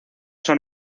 son